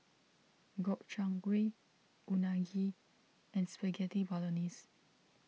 Gobchang Gui Unagi and Spaghetti Bolognese